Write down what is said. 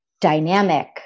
dynamic